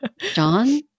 John